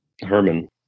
Herman